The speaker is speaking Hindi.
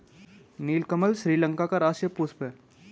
नीलकमल श्रीलंका का राष्ट्रीय पुष्प है